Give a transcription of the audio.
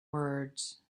words